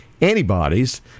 antibodies